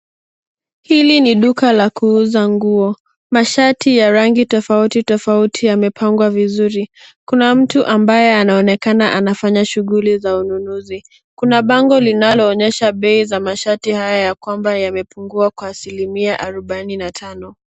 Hili ni duka la kuuza nguo. Mashati ya rangi tofauti tofauti yamepangwa vizuri. Kuna mtu ambaye anaonekana anafanya shughuli za ununuzi. Kuna bango linaloonyesha bei za mashati haya ya kwamba yamepungua kwa asilimia mia arubaini na tano.